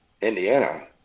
Indiana